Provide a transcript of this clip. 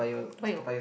why your